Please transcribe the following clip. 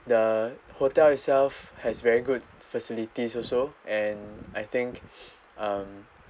the hotel itself has very good facilities also and I think um